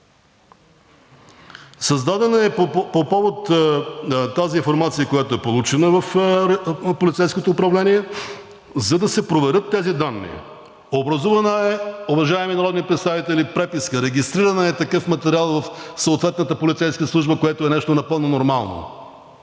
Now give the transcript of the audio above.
на МВР. По повод тази информация, която е получена в полицейското управление, за да се проверят тези данни, е образувана, уважаеми народни представители, преписка, регистриран е такъв материал в съответната полицейска служба, което е нещо напълно нормално.